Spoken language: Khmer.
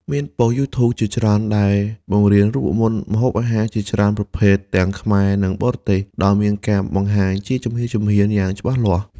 មានប៉ុស្តិ៍ YouTube ជាច្រើនដែលបង្រៀនរូបមន្តម្ហូបអាហារជាច្រើនប្រភេទ ទាំងខ្មែរ និងបរទេស ដោយមានការបង្ហាញជាជំហានៗយ៉ាងច្បាស់លាស់។